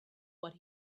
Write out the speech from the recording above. what